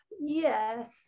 Yes